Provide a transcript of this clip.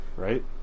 Right